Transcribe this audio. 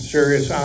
serious